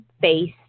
Face